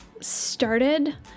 started